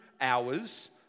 hours